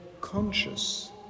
conscious